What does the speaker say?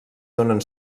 donen